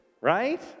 right